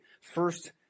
first